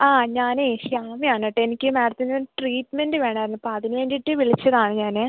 ആ ഞാന് ശ്യാമയാണ് കേട്ടോ എനിക്ക് മാഡത്തിൻ്റെ ട്രീറ്റ്മെന്റ് വേണമായിരുന്നു അപ്പോള് അതിന് വേണ്ടി വിളിച്ചതാണ് ഞാന്